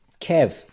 Kev